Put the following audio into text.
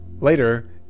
Later